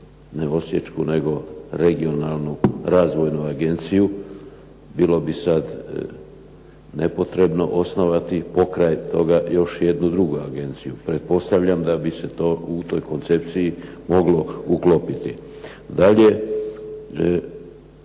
ne osječku, nego Regionalnu razvojnu agenciju. Bilo bi sada nepotrebno osnovati pokraj toga još jednu drugu agenciju. Pretpostavljam da bi se to u toj koncepciji moglo uklopiti. Dalje,